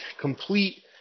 complete